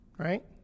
Right